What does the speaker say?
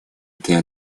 этой